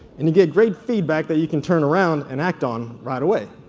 and you get great feedback that you can turn around and act on right away.